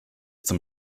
zum